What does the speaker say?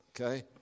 okay